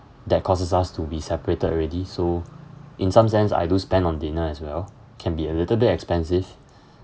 that causes us to be separated already so in some sense I do spend on dinner as well can be a little bit expensive